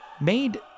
made